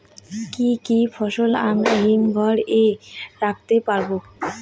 কি কি ফসল আমরা হিমঘর এ রাখতে পারব?